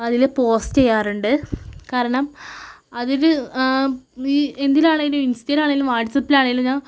അതിൽ പോസ്റ്റ് ചെയ്യാറുണ്ട് കാരണം അതിൽ ആ ഈ എന്തിലാണെങ്കിലും ഇൻസ്റ്റയിലാണെങ്കിലും വാട്സപ്പിലാണെങ്കിലും ഞാൻ